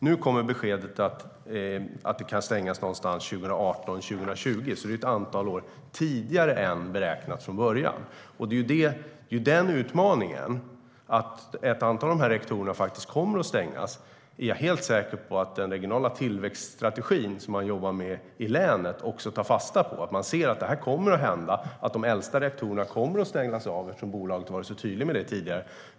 Nu kommer beskedet att de kan stängas 2018-2020. Det rör sig alltså om ett antal år tidigare än vad som beräknades från början. Det är det som är utmaningen, att ett antal av dessa reaktorer kommer att stängas. Jag är helt säker på att den regionala tillväxtstrategin som man jobbar med i länet också tar fasta på att de äldsta reaktorerna kommer att stängas av, eftersom bolaget tidigare har varit så tydligt med det.